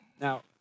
Now